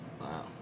Wow